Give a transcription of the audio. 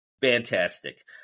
fantastic